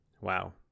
Wow